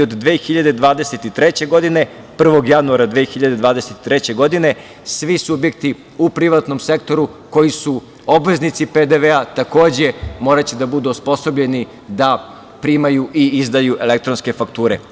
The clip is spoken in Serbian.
Od 2023. godine, 1. januara 2023. godine, svi subjekti u privatnom sektoru koji su obveznici PDV-a takođe moraće da budu osposobljeni da primaju i izdaju elektronske fakture.